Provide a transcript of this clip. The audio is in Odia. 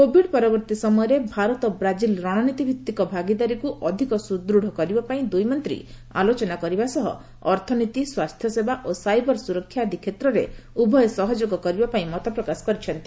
କୋଭିଡ୍ ପରବର୍ତ୍ତୀ ସମୟରେ ଭାରତ ବ୍ରାଜିଲ୍ ରଣନୀତି ଭିତ୍ତିକ ଭାଗିଦାରୀକୁ ଅଧିକ ସୁଦୃଢ଼ କରିବାପାଇଁ ଦୁଇ ମନ୍ତ୍ରୀ ଆଲୋଚନା କରିବା ସହ ଅର୍ଥନୀତି ସ୍ୱାସ୍ଥ୍ୟ ସେବା ଓ ସାଇବର ସୁରକ୍ଷା ଆଦି କ୍ଷେତ୍ରରେ ଉଭୟ ସହଯୋଗ କରିବା ପାଇଁ ମତପ୍ରକାଶ କରିଛନ୍ତି